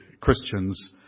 Christians